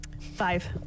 Five